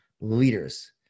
leaders